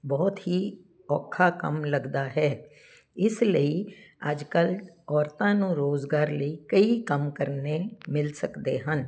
ਬਹੁਤ ਹੀ ਔਖਾ ਕੰਮ ਲੱਗਦਾ ਹੈ ਇਸ ਲਈ ਅੱਜ ਕੱਲ੍ਹ ਔਰਤਾਂ ਨੂੰ ਰੁਜ਼ਗਾਰ ਲਈ ਕਈ ਕੰਮ ਕਰਨੇ ਮਿਲ ਸਕਦੇ ਹਨ